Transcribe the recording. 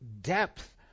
depth